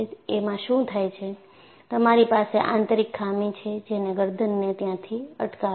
એમાં શું થાય છે તમારી પાસે આંતરિક ખામી છે જેને ગરદનને ત્યાંથી અટકાવે છે